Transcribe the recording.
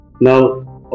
now